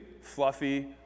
fluffy